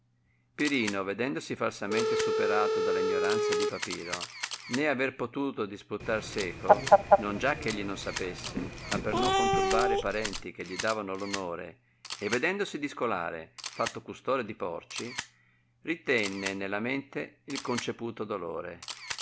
pirino vedendosi falsamente superato dalla ignoranza di papiro né aver potuto disputar seco non già eh egli non sapesse ma per non conturbare e parenti che gli davano onore e vedendosi di scolare fatto custode di porci ritenne nella mente il conceputo dolore